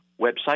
website